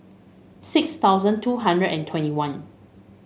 six thousand two hundred and twenty one